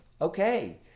okay